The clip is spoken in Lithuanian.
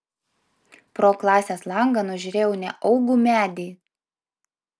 pro klasės langą nužiūrėjau neaugų medį